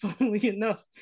enough